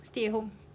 stay at home